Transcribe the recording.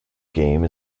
game